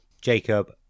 Jacob